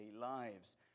lives